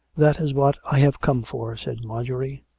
that is what i have come for, said marjorie.